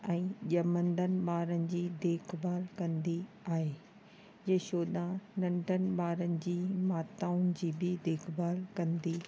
ऐं ॼमंदड़ ॿारनि जी देखभाल कंदी आहे यशोदा नंढनि ॿारनि जी माताउनि जी बि देखभाल कंदी आहे